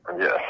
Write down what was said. Yes